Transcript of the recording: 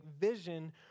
vision